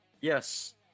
Yes